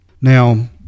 Now